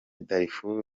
darifuru